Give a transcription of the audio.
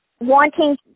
wanting